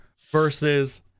versus